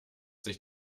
sich